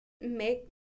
make